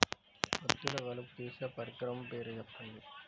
పత్తిలో కలుపు తీసే పరికరము పేరు చెప్పండి